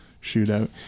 shootout